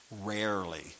rarely